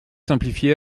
simplifiez